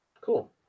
cool